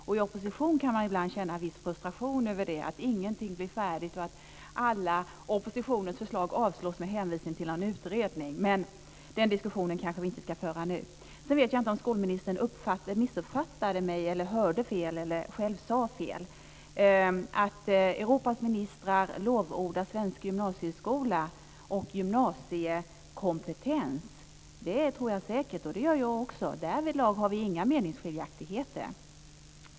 Och i opposition kan man ibland känna en viss frustration över att ingenting blir färdigt och att oppositionens alla förslag avslås med hänvisning till någon utredning. Men den diskussionen kanske vi inte ska föra nu. Jag vet inte om skolministern missuppfattade mig, hörde fel eller själv sade fel när hon talade om att Europas ministrar lovordar svensk gymnasieskola och gymnasiekompetens. Det tror jag säkert, och det gör jag också. Därvidlag har vi inga meningsskiljaktigheter.